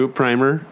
primer